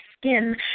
skin